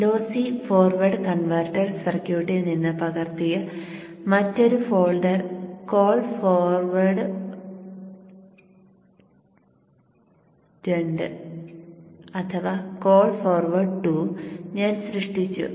lossy forward converter സർക്യൂട്ടിൽ നിന്ന് പകർത്തിയ മറ്റൊരു ഫോൾഡർ കോൾ ഫോർവേഡ് രണ്ട് ഞാൻ സൃഷ്ടിച്ചു